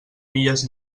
milles